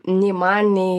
nei man nei